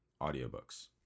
audiobooks